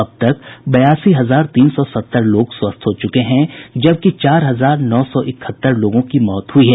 अब तक बयासी हजार तीन सौ सत्तर लोग स्वस्थ हो चुके हैं जबकि चार हजार नौ सौ इकहत्तर लोगों की मौत हुई है